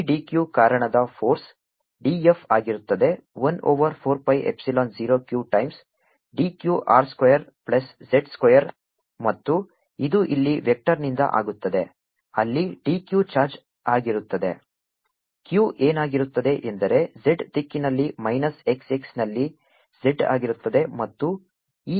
ನಂತರ ಈ dq ಕಾರಣದ ಫೋರ್ಸ್ d F ಆಗಿರುತ್ತದೆ 1 over 4 pi epsilon 0 q times dq r square plus z square ಮತ್ತು ಇದು ಇಲ್ಲಿ ವೆಕ್ಟರ್ನಿಂದ ಆಗುತ್ತದೆ ಅಲ್ಲಿ dq ಚಾರ್ಜ್ ಆಗಿರುತ್ತದೆ q ಏನಾಗಿರುತ್ತದೆ ಎಂದರೆ z ದಿಕ್ಕಿನಲ್ಲಿ ಮೈನಸ್ xx ನಲ್ಲಿ z ಆಗಿರುತ್ತದೆ ಮತ್ತು ಈ x ಮೌಲ್ಯವು ಸ್ಮಾಲ್ R ಆಗಿರುತ್ತದೆ